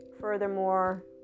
Furthermore